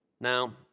Now